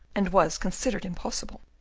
and was considered impossible,